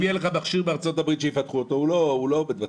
אם יהיה לך מכשיר מארצות הברית הוא לא עומד בתקן.